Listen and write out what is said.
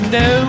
no